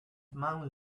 man